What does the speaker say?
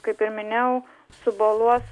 kaip ir minėjau suboluos